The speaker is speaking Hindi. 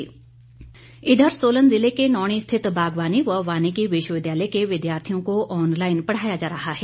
ऑनलाईन पढाई इधर सोलन जिले के नौणी स्थित बागवानी व वाणिकी विश्वविद्यालय के विद्यार्थियों को ऑनलाईन पढ़ाया जा रहा है